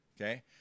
okay